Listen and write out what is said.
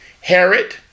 Herod